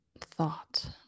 thought